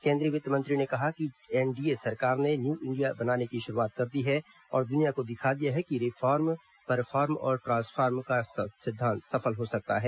केन्द्रीय वित्त मंत्री ने कहा कि एनडीए सरकार ने न्यूइंडिया बनाने की शुरूआत कर दी है और दुनिया को दिखा दिया है कि रिफार्म परफार्म और ट्रासफार्म का सिद्वांत सफल हो सकता है